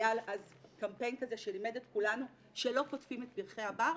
היה קמפיין כזה שלימד את כולנו שלא קוטפים את פרחי הבר,